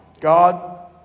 God